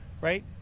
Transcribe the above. right